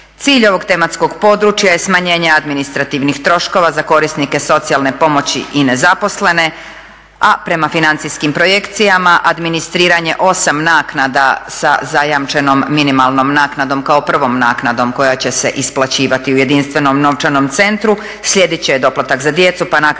Cilj ovog tematskog područja je smanjenje administrativnih troškova za korisnike socijalne pomoći i nezaposlene, a prema financijskim projekcijama, administriranje 8 naknada sa zajamčenom minimalnom naknadom kao prvom naknadom koja će se isplaćivati u jedinstvenom novčanom centru, sljedeći je doplatak za djecu pa naknada